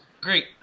Great